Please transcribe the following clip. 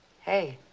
Hey